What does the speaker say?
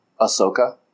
ahsoka